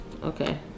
Okay